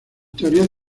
teorías